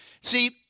See